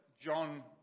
John